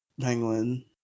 penguin